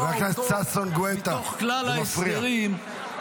מתוך כלל ההסדרים,